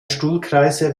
stuhlkreise